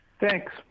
thanks